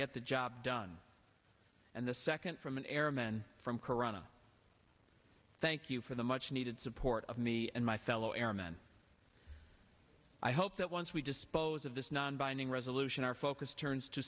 get the job done and the second from an arab men from corona thank you for the much needed support of me and my fellow airmen i hope that once we dispose of this non binding resolution our focus turns to